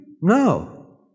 No